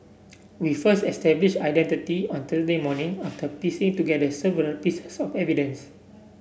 we first established identity on Thursday morning after piecing together several pieces of evidence